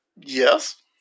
Yes